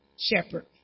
shepherd